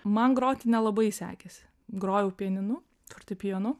man groti nelabai sekėsi grojau pianinu fortepijonu